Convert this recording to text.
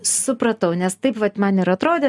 supratau nes taip vat man ir atrodė